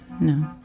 no